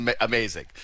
amazing